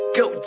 go